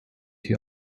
hier